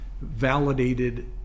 validated